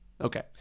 Okay